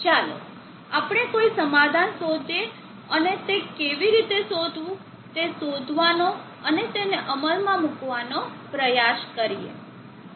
ચાલો આપણે કોઈ સમાધાન શોધીએ અને તે કેવી રીતે કરવું તે શોધવા નો અને તેને અમલમાં મુકવાનો પ્રયાસ કરીએ